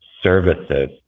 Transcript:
services